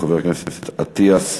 חבר הכנסת אטיאס,